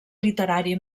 literari